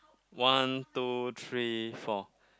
one two three four